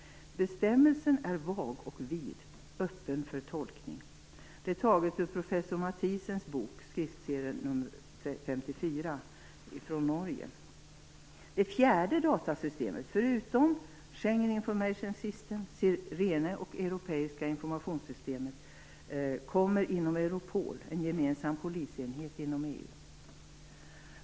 Bestämmelsen är vag och vid öppen för tolkning. Det här är taget ur professor Mathiessens bok, skriftserie nr 54, från Norge. Det fjärde datasystemet, förutom Schengen Information System, Sirene och det europeiska informationssystemet, kommer inom Europol, en gemensam polisenhet inom EU.